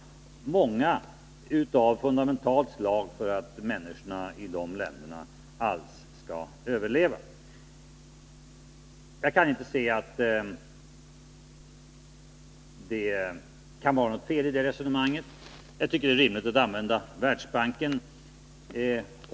Många av dessa investeringar är fundamentala för att människor alls skall överleva. Jag kan inte se något fel i det resonemanget. Jag tycker det är rimligt att använda Världsbanken.